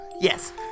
Yes